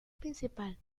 principal